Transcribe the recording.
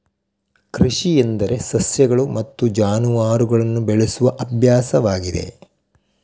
ಕೃಷಿ ಎಂದರೆ ಸಸ್ಯಗಳು ಮತ್ತು ಜಾನುವಾರುಗಳನ್ನು ಬೆಳೆಸುವ ಅಭ್ಯಾಸವಾಗಿದೆ